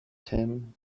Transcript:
tim